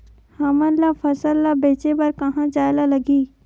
हमन ला फसल ला बेचे बर कहां जाये ला लगही?